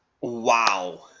wow